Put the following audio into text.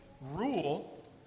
rule